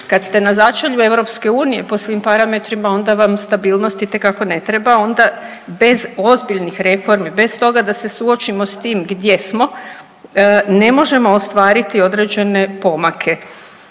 Kad ste na začelju EU po svim parametrima onda vam stabilnost itekako ne treba, onda bez ozbiljnih reformi, bez toga da se suočimo s tim gdje smo ne možemo ostvariti određene pomake.